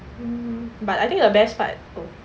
but I think the best part oh